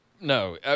No